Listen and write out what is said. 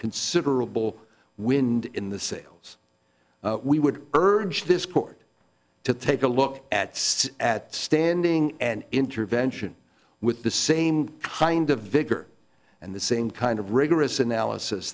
considerable wind in the sails we would urge this court to take a look at at standing and intervention with the same kind of vigor and the same kind of rigorous analysis